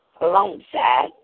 alongside